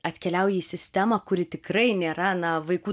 atkeliauji į sistemą kuri tikrai nėra na vaikų